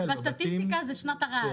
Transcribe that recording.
בסטטיסטיקה זה שנת הרע"ד.